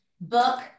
Book